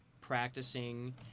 practicing